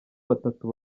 batatu